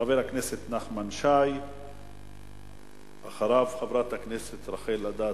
חבר הכנסת נחמן שי, ולאחריו, חברת הכנסת רחל אדטו.